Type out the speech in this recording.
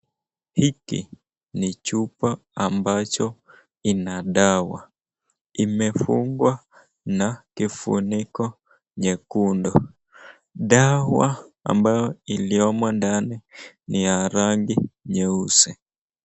Hiki ni chupa ambacho ina dawa, imefungwa na kifuniko nyekundu, dawa ambayo iliyomo ndani ni ya rangi nyeusi.